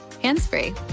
hands-free